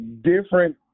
different